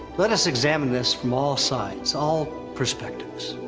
let us examine this from all sides, all perspectives.